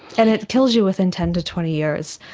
and it kills you within ten to twenty years.